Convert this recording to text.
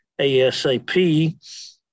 ASAP